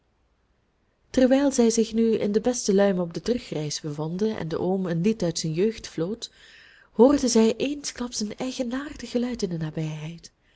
terwijl zij zich nu in de beste luim op de terugreis bevonden en de oom een lied uit zijn jeugd floot hoorden zij eensklaps een eigenaardig geluid in de nabijheid